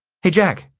hey, jack,